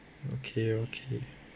okay okay